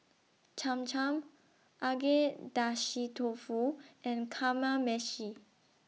Cham Cham Agedashi Dofu and Kamameshi